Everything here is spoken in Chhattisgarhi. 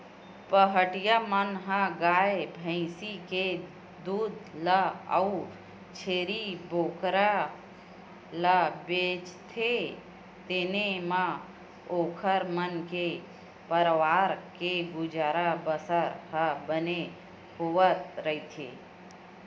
पहाटिया मन ह गाय भइसी के दूद ल अउ छेरी बोकरा ल बेचथे तेने म ओखर मन के परवार के गुजर बसर ह बने होवत रहिथे